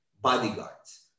bodyguards